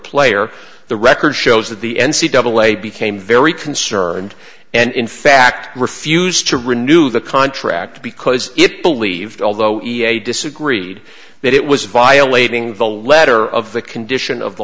player the record shows that the n c double a became very concerned and in fact refused to renew the contract because it believed although e a disagreed that it was violating the letter of the condition of